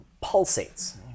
pulsates